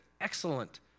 excellent